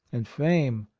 and fame,